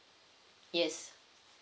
yes